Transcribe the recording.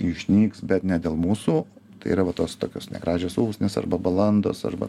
išnyks bet ne dėl mūsų tai yra va tos tokios negražios usnys arba balandos arba